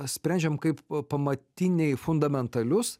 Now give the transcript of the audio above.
sprendžiam kaip pamatiniai fundamentalius